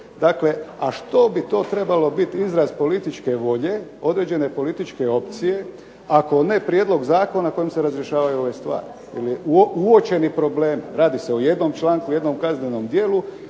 dakle a što bi to trebalo biti izraz političke volje, određene političke opcije ako ne prijedlog zakona kojim se razrješavaju ove stvari, ili uočenih problema. Radi se o jednom članku, jednom kaznenom djelu,